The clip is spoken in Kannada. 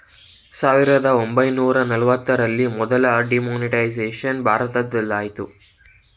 ಸಾವಿರದ ಒಂಬೈನೂರ ನಲವತ್ತರಲ್ಲಿ ಮೊದಲ ಡಿಮಾನಿಟೈಸೇಷನ್ ಭಾರತದಲಾಯಿತು